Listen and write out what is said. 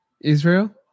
Israel